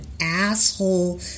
asshole